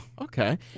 Okay